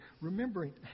remembering